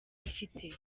afite